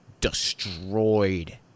destroyed